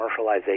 commercialization